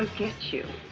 get you